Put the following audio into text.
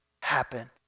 happen